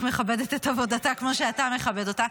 מכבדת את עבודתה כמו שאתה מכבד אותה,